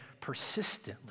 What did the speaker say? persistently